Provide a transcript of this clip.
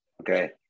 okay